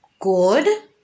Good